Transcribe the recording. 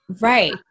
Right